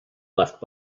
left